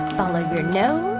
follow your nose,